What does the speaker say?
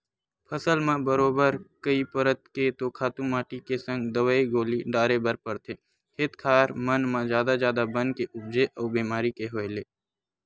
फसल म बरोबर कई परत के तो खातू माटी के संग दवई गोली डारे बर परथे, खेत खार मन म जादा जादा बन के उपजे अउ बेमारी के होय ले